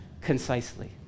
concisely